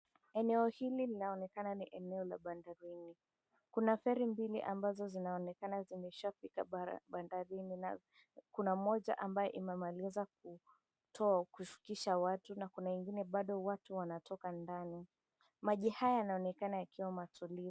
Eneo hili linaonekana ni eneo la bandarini. Kuna feri mbili ambazo zinaonekana zimeshafika bandarini, na kuna moja ambayo imemaliza kutoa kushukisha watu, na kuna ingine bado watu wanatoka ndani. Maji haya yanaonekana yakiwa matulivu.